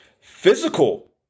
physical